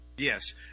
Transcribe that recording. Yes